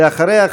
ואחריה,